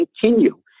continue